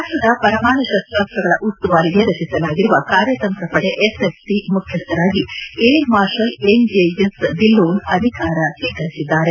ರಾಷ್ಟದ ಪರಮಾಣು ಶಸ್ತಾಸ್ತಗಳ ಉಸ್ತುವಾರಿಗೆ ರಚಿಸಲಾಗಿರುವ ಕಾರ್ಯತಂತ್ರ ಪಡೆ ಎಸ್ಎಫ್ಸಿ ಮುಖ್ಯಸ್ತರಾಗಿ ಏರ್ ಮಾರ್ಷಲ್ ಎನ್ಜೆಎಸ್ ಧಿಲ್ಲೋನ್ ಅಧಿಕಾರ ಸ್ವೀಕರಿಸಿದ್ದಾರೆ